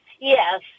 Yes